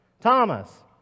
Thomas